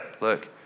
look